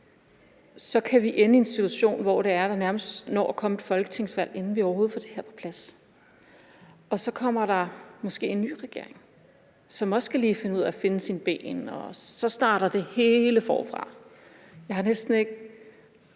går, kan vi ende i en situation, hvor det er, at der nærmest når at komme et folketingsvalg, inden vi overhovedet får det her på plads. Så kommer der måske en ny regering, som også lige skal finde ud at finde sine ben, og så starter det hele forfra. Jeg bliver